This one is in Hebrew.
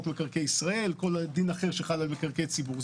מקרקעי ישראל או כל דין אחר שחל על מקרקעי ציבור.